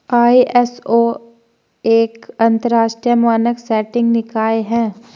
ISO एक अंतरराष्ट्रीय मानक सेटिंग निकाय है